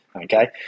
okay